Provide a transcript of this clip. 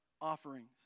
offerings